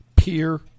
peer